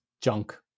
junk